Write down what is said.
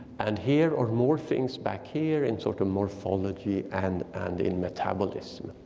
and here are more things back here and sort of morphology and and in metabolism.